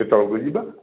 ସେତେବେଳକୁ ଯିବା